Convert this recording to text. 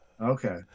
okay